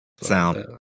sound